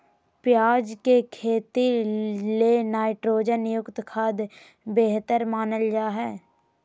प्याज के खेती ले नाइट्रोजन युक्त खाद्य बेहतर मानल जा हय